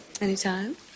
Anytime